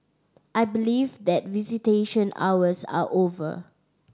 I believe that visitation hours are over